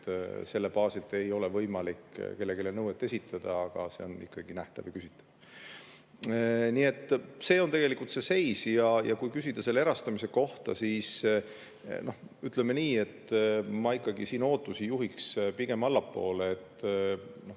et selle baasilt ei ole võimalik kellelegi nõuet esitada, aga see on ikkagi nähtav ja küsitav. Nii et see on tegelik seis. Kui küsida selle erastamise kohta, siis ütleme nii, et ma siin ootusi juhiks pigem allapoole. Veel